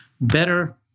better